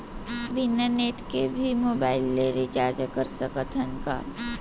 बिना नेट के भी मोबाइल ले रिचार्ज कर सकत हन का?